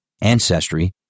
ancestry